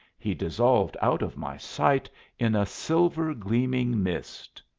he dissolved out of my sight in a silver gleaming mist.